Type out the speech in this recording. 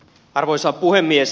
arvoisa puhemies